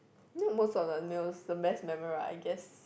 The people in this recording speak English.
you know most of the meals the best memory I guess